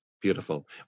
Beautiful